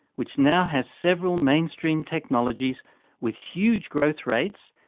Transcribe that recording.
which now has several mainstream technologies with huge growth rates,